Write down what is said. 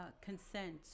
consent